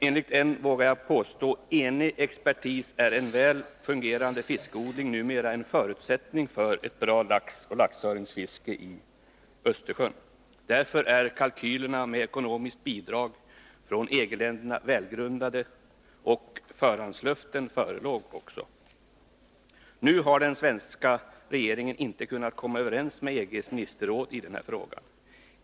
Enligt en enig — vågar jag påstå — expertis är en väl fungerande fiskodling numera en förutsättning för ett bra laxoch laxöringsfiske i Östersjön. Därför var kalkylerna med ekonomiskt bidrag från EG-länderna välgrundade, och förhandslöften om sådant förelåg också. Nu har den svenska regeringen inte kunnat komma överens med EG:s ministerråd i den här frågan.